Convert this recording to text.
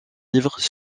livres